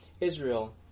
Israel